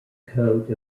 coat